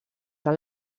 del